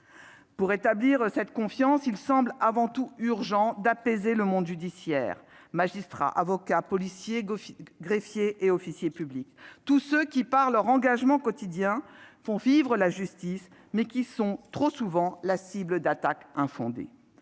Pour rétablir cette confiance, il semble avant tout urgent d'apaiser le monde judiciaire : magistrats, avocats, policiers, greffiers et officiers publics, tous ceux qui, par leur engagement quotidien, font vivre la justice, mais qui sont trop souvent la cible d'attaques infondées.